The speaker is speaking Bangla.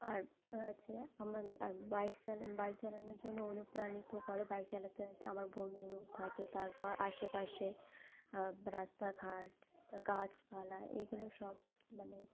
আর হচ্ছে আমার আর বাইক চালা বাইক চালানোর জন্য অনুপ্রাণিত করে বাইক চালাতে আমার বন্ধুও থাকে তারপর আশেপাশে রাস্তাঘাট গাছপালা এগুলো সব মানে